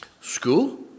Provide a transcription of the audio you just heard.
school